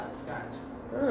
scotch